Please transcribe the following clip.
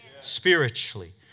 spiritually